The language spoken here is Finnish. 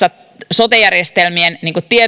sote järjestelmien